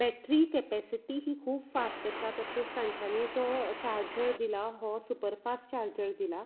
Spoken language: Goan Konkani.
बेटरी केपेसिटी ही खूब फास्ट आसा तशेंच तांच्यानी जो चार्जर दिला हो सुपर फास्ट चार्जर दिला